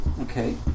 Okay